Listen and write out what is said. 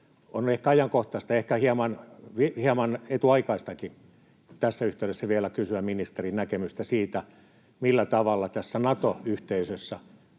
On ehkä ajankohtaista, ehkä hieman etuaikaistakin tässä yhteydessä vielä kysyä ministerin näkemystä: Millä tavalla tässä Nato-yhteisössä